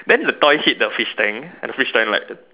then the toy hit the fish tank and the fish tank like